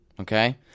okay